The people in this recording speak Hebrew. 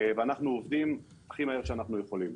ואנחנו עובדים הכי מהר שאנחנו יכולים.